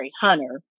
Hunter